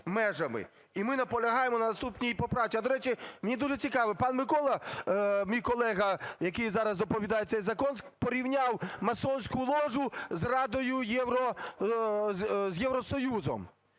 І ми наполягаємо на наступній поправці. А, до речі, мені дуже цікаво, пан Микола, мій колега, який зараз доповідає цей закон, порівняв масонську ложу з Радою… з Євросоюзом.